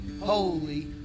holy